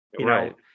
right